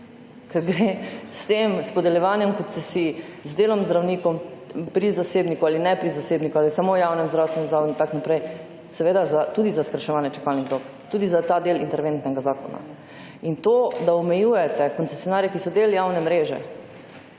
ker gre s podeljevanjem koncesij, z delom zdravnikov pri zasebniku ali ne pri zasebniku, ali samo javnem zdravstvenem zavodu in tako naprej, seveda tudi za skrajševanje čakalnih dob. Tudi za ta del interventnega zakona. In to, da omejujete koncesionarje, ki so del javne mreže